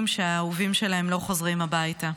שבו האהובים שלהם לא חוזרים הביתה.